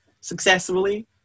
successfully